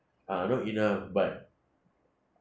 ah not enough but